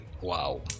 wow